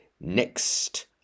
Next